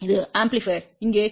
இது பெருக்கி இங்கே